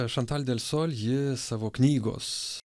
šantal delsol ji savo knygos